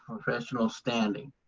professional standing.